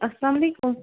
السلامُ علیکُم